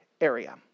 area